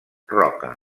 roca